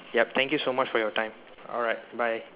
yup thank you so much for your time alright bye